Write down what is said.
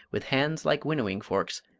with hands like winnowing forks,